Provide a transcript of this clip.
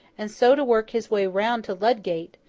and so to work his way round to ludgate,